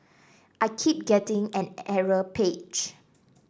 I keep getting an error page